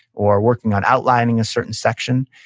or working on outlining a certain section.